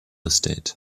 estate